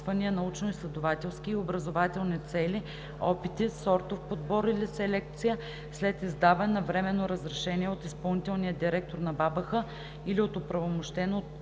научноизследователски или образователни цели, опити, сортов подбор или селекция след издаване на временно разрешение от изпълнителния директор на БАБХ или от оправомощено от